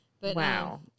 Wow